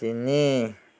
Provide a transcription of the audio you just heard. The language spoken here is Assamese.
তিনি